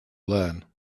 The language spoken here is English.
learn